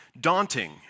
daunting